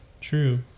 true